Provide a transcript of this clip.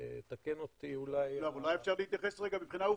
תקן אותי אולי --- אולי אפשר להתייחס רגע מבחינה עובדתית.